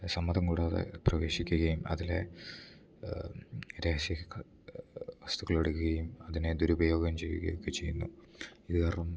സമ്മതം കൂടാതെ പ്രവേശിക്കുകയും അതിലെ രഹസ്യ വസ്തുക്കൾ എടുക്കുകയും അതിനെ ദുരുപയോഗം ചെയ്യുകയും ഒക്കെ ചെയ്യുന്നു ഇത് കാരണം